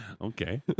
Okay